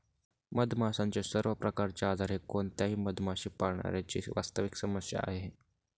मधमाशांचे सर्व प्रकारचे आजार हे कोणत्याही मधमाशी पाळणाऱ्या ची वास्तविक समस्या आहे